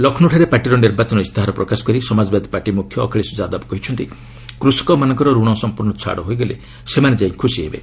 ଲକ୍ଷ୍ମୌଠାରେ ପାର୍ଟିର ନିର୍ବାଚନ ଇସ୍ତାହାର ପ୍ରକାଶ କରି ସମାଜବାଦି ପାର୍ଟି ମୁଖ୍ୟ ଅଖିଳେଶ ଯାଦବ କହିଛନ୍ତି କୃଷକମାନଙ୍କର ରଣ ସମ୍ପୂର୍ଣ୍ଣ ଛାଡ଼ ହୋଇଗଲେ ସେମାନେ ଯାଇ ଖୁସି ହେବେ